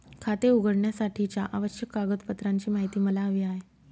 खाते उघडण्यासाठीच्या आवश्यक कागदपत्रांची माहिती मला हवी आहे